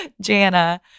Jana